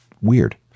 weird